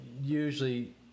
Usually